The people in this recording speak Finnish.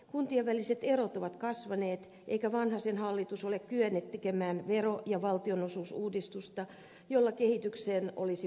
kuntien väliset erot ovat kasvaneet eikä vanhasen hallitus ole kyennyt tekemään vero ja valtionosuusuudistusta jolla kehitykseen olisi puututtu